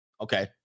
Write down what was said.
okay